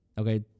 Okay